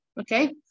okay